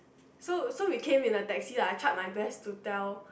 so so we came with the taxi lah I tried my best to tell